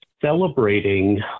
celebrating